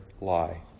lie